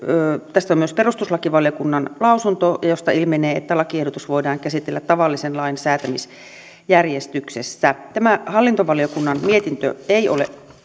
myös perustuslakivaliokunnan lausunto josta ilmenee että lakiehdotus voidaan käsitellä tavallisen lain säätämisjärjestyksessä tämä hallintovaliokunnan mietintö ei ole